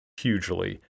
hugely